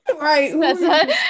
Right